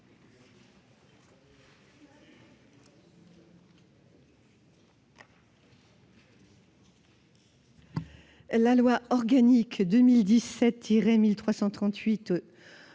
La loi organique n° 2017-1338